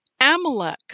Amalek